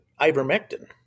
ivermectin